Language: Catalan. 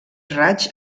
raigs